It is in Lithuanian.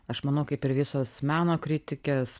aš manau kaip ir visos meno kritikės